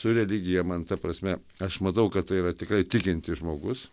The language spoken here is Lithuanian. su religija man ta prasme aš matau kad tai yra tikrai tikintis žmogus